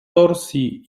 torsji